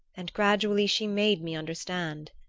and gradually she made me understand.